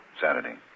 Saturday